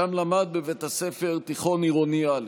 ושם למד בבית הספר תיכון עירוני א'.